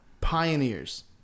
Pioneers